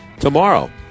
tomorrow